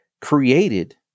created